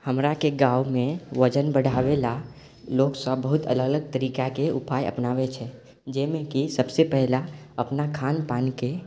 हमराके गाँवमे वजन बढाबै ला लोक सब बहुत अलग अलग तरीकाके उपाय अपनाबै छै जइमे कि सबसे पहिला अपना खानपानके